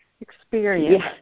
experience